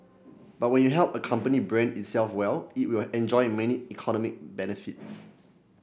but when you help a company brand itself well it will enjoy many economic benefits